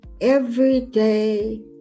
everyday